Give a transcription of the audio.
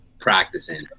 practicing